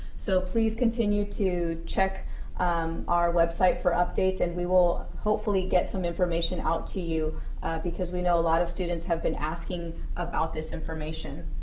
so please continue to check our website for updates, and we will hopefully get some information out to you because we know a lot of students have been asking about this information.